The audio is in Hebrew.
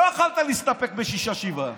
לא יכולת להסתפק בשישה-שבעה.